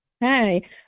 Hey